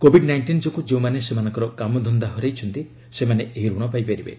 Covid nineteen ଯୋଗୁଁ ଯେଉଁମାନେ ସେମାନଙ୍କର କାମଧନ୍ଦା ହରାଇଛନ୍ତି ସେମାନେ ଏହି ରଣ ପାଇପାରିବେ